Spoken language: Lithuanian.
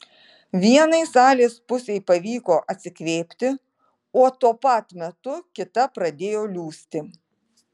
vienai salės pusei pavyko atsikvėpti o tuo pat metu kita pradėjo liūsti